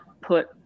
put